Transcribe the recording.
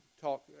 talk